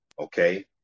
okay